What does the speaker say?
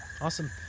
Awesome